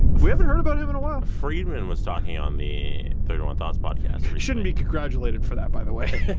we haven't heard about him in a while. friedman was talking on the thirty one thoughts podcast shouldn't be congratulated for that by the way,